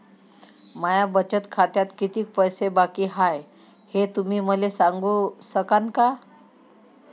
माया बचत खात्यात कितीक पैसे बाकी हाय, हे तुम्ही मले सांगू सकानं का?